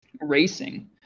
racing